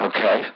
Okay